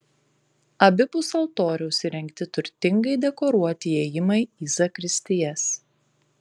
abipus altoriaus įrengti turtingai dekoruoti įėjimai į zakristijas